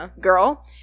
Girl